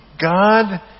God